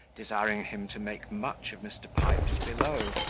desiring him to make much of mr. pipes below,